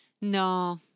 No